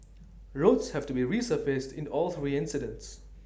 roads have to be resurfaced in all three incidents